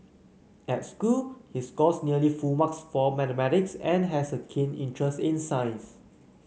at school he scores nearly full marks for mathematics and has a keen interest in science